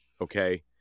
okay